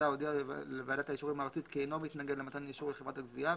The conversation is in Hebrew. הודיע לוועדת האישורים הארצית כי אינו מתנגד למתן אישור לחברת הגבייה,